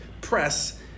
press